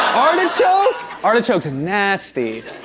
artichoke? artichoke's and nasty.